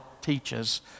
teaches